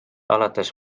alates